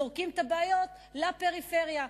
זורקים את הבעיות לפריפריה.